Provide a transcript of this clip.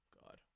God